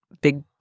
big